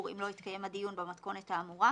אם לא יתקיים הדיון במתכונת האמורה,